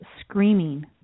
screaming